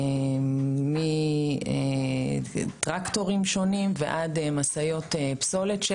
מדובר מטרקטורים שונים ועד משאיות פסולת של